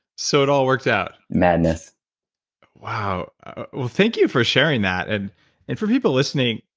so it all worked out madness wow. well thank you for sharing that. and and for people listening,